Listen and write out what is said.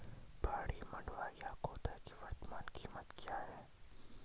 पहाड़ी मंडुवा या खोदा की वर्तमान कीमत क्या है?